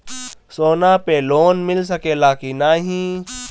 सोना पे लोन मिल सकेला की नाहीं?